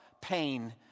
pain